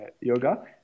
Yoga